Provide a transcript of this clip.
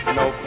no